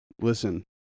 listen